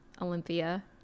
Olympia